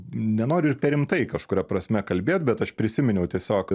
nenoriu ir per rimtai kažkuria prasme kalbėt bet aš prisiminiau tiesiog